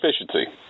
efficiency